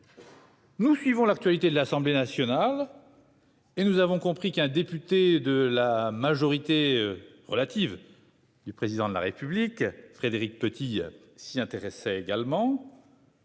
En suivant l'actualité de l'Assemblée nationale, nous avons compris qu'un député de la majorité- relative - du Président de la République, Frédéric Petit, s'intéressait également